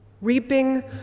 Reaping